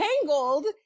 tangled